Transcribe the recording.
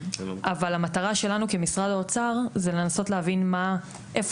אבל המטרה שלנו כמשרד האוצר זה לנסות להבין איפה